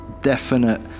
definite